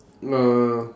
uh